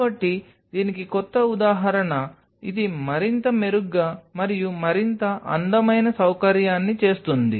కాబట్టి దీనికి కొత్త ఉదాహరణ ఇది మరింత మెరుగ్గా మరియు మరింత అందమైన సౌకర్యాన్ని చేస్తుంది